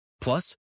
Plus